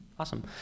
Awesome